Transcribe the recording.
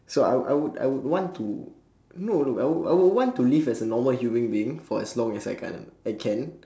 so I would I would I would want to no no I would I would want to live as a normal human being as long as I can I can